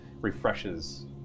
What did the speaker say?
refreshes